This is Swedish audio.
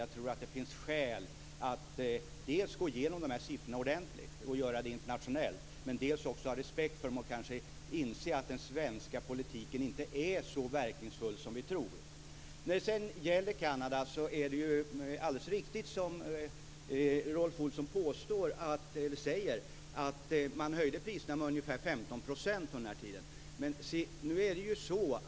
Jag tror att det finns skäl att dels gå igenom de här siffrorna ordentligt internationellt, dels ha respekt för dem och kanske inse att den svenska politiken inte är så verkningsfull som vi tror. Det är alldeles riktigt som Rolf Olsson säger att man höjde priserna med ungefär 15 % i Kanada under den här tiden.